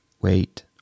wait